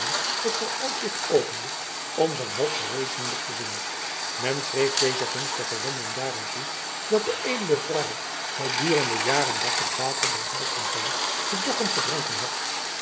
het vooruitzicht opende om zijn hoop verwezenlijkt te zien men schreef deze gunstige wending daaraan toe dat de edele vrouw gedurende jaar en dag het water der heilfontein te dokkum gedronken had